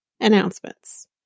announcements